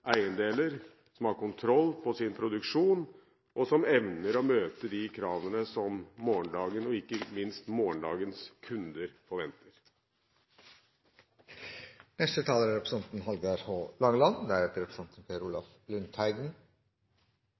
eiendeler, som har kontroll på sin produksjon, og som evner å møte de kravene som morgendagen – og ikke minst morgendagens kunder – forventer.